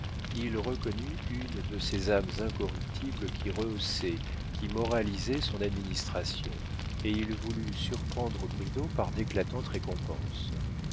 il reconnut une de ces âmes incorruptibles qui rehaussaient qui moralisaient son administration et il voulut surprendre bridau par d'éclatantes récompenses